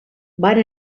van